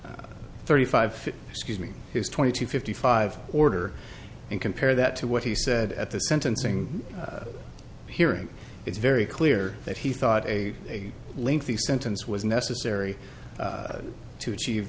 thirty five excuse me his twenty two fifty five order and compare that to what he said at the sentencing hearing it's very clear that he thought a lengthy sentence was necessary to achieve